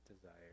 desire